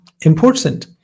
important